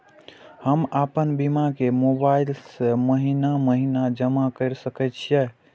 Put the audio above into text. हम आपन बीमा के मोबाईल से महीने महीने जमा कर सके छिये?